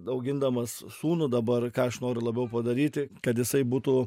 augindamas sūnų dabar ką aš noriu labiau padaryti kad jisai būtų